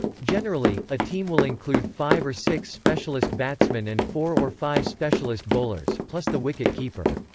generally, a team will include five or six specialist batsmen and four or five specialist bowlers, plus the wicket-keeper.